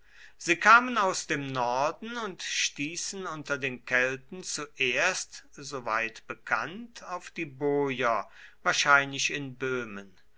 sie kamen aus dem norden und stießen unter den kelten zuerst soweit bekannt auf die boier wahrscheinlich in böhmen